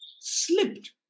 slipped